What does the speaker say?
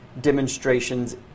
demonstrations